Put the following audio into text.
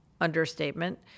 understatement